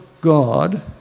God